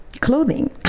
clothing